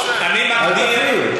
אל תפריעו.